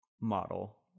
model